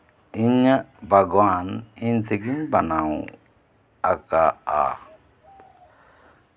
ᱤᱧᱟᱹᱜ ᱵᱟᱜᱽᱣᱟᱱ ᱤᱧ ᱛᱤᱜᱤᱧ ᱵᱮᱱᱟᱣ ᱟᱠᱣᱟᱫᱼᱟ